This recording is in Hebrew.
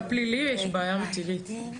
בפליליים יש בעיה רצינית.